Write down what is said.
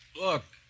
Look